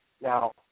Now